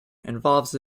involves